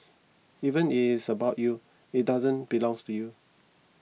even if it is about you it doesn't belong to you